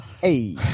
Hey